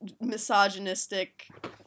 misogynistic